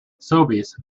sobeys